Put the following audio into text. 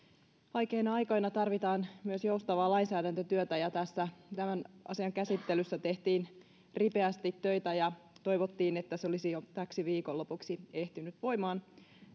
vaikeina aikoina tarvitaan myös joustavaa lainsäädäntötyötä tässä tämän asian käsittelyssä tehtiin ripeästi töitä ja toivottiin että se olisi jo täksi viikonlopuksi ehtinyt voimaan